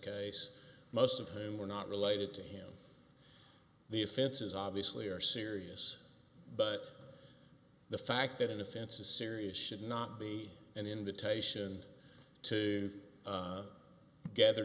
case most of whom were not related to him the offenses obviously are serious but the fact that in a sense a series should not be an invitation to gather